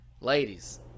ladies